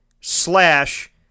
slash